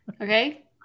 okay